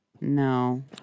No